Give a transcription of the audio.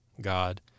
God